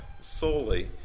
solely